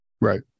Right